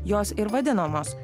jos ir vadinamos